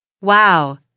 Wow